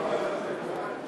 להביע אי-אמון בממשלה לא נתקבלה.